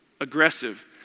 aggressive